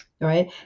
right